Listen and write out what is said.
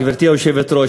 גברתי היושבת-ראש,